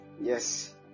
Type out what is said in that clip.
Yes